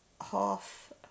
half